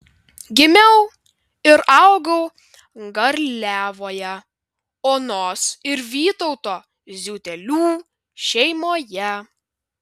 gimiau ir augau garliavoje onos ir vytauto ziutelių šeimoje